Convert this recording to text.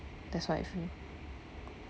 that's what I feel